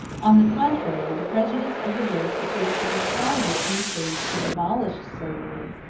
on the contrary, the prejudice of the race appears to be stronger in the states which have abolished slavery,